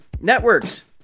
Networks